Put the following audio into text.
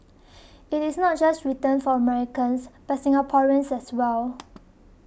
it is not just written for Americans but Singaporeans as well